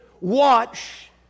watch